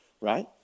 right